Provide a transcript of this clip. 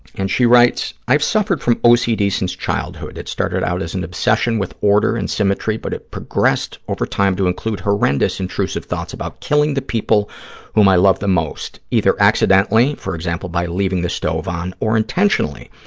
and she writes, i've suffered from ah ocd since childhood. it started out as an obsession with order and symmetry, but it progressed over time to include horrendous intrusive thoughts about killing the people whom i love the most, either accidentally, for example, by leaving the stove on, or intentionally,